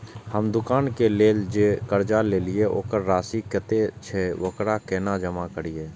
हम दुकान के लेल जे कर्जा लेलिए वकर राशि कतेक छे वकरा केना जमा करिए?